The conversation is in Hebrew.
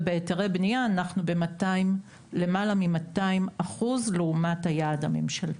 ובהיתרי בנייה אנחנו למעלה מ-200% לעומת היעד הממשלתי.